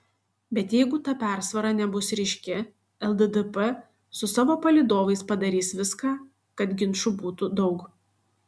bet jeigu ta persvara nebus ryški lddp su savo palydovais padarys viską kad ginčų būtų daug